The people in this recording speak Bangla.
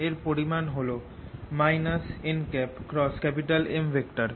এর পরিমাণ হল nM